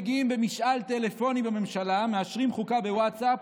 מגיעים במשאל טלפוני בממשלה, מאשרים חוקה בווטסאפ,